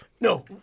no